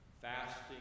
fasting